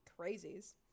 crazies